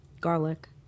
garlic